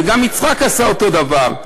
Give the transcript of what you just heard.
וגם יצחק עשה אותו דבר.